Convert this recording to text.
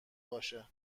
باشه